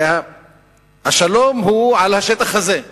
הרי השלום הוא על השטח הזה.